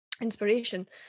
inspiration